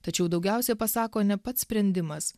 tačiau daugiausia pasako ne pats sprendimas